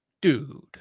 dude